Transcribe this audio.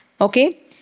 Okay